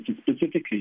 specifically